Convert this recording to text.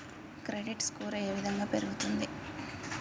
Credit score ఏ విధంగా పెరుగుతుంది?